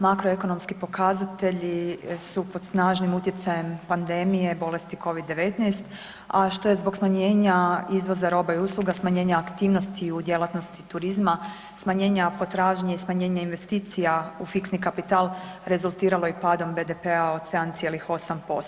Makro ekonomski pokazatelji su pod snažnim utjecajem pandemije bolesti COVID-19 a što je zbog smanjenja izvoza roba i usluga, smanjenja aktivnosti u djelatnosti turizma, smanjenja potražnje i smanjenja investicija u fiksni kapital rezultiralo i padom BDP-a od 7,8%